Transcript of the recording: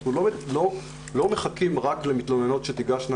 אנחנו לא מחכים רק למתלוננות שתיגשנה